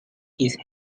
his